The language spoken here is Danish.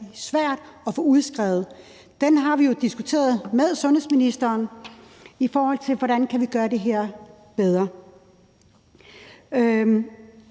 svært at få udskrevet. Vi har jo diskuteret med sundhedsministeren, hvordan vi kan gøre det her bedre.